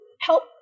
help